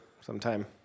sometime